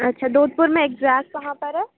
اچھا دودھ پور میں ایکزیکٹ کہاں پر ہے